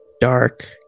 dark